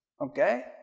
okay